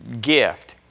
gift